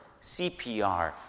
CPR